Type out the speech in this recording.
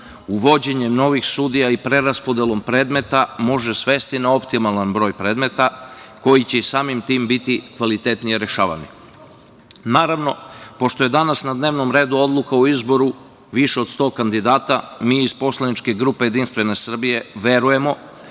uvođenjem novih sudija i preraspodelom predmeta može svesti na optimalan broj predmeta koji će i samim tim biti kvalitetnije rešavani. Naravno, pošto je danas na dnevnom redu odluka o izboru više od 100 kandidata mi iz Poslaničke grupe JS verujemo